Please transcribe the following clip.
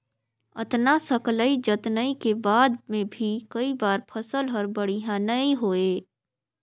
अतना सकलई जतनई के बाद मे भी कई बार फसल हर बड़िया नइ होए